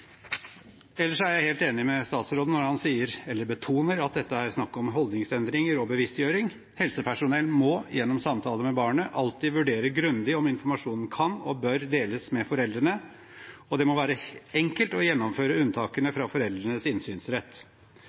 Ellers er jeg helt enig med statsråden når han betoner at det her er snakk om holdningsendringer og bevisstgjøring. Helsepersonell må gjennom samtaler med barnet alltid vurdere grundig om informasjonen kan og bør deles med foreldrene, og det må være enkelt å gjennomføre unntakene fra foreldrenes innsynsrett.